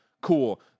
Cool